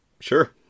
Sure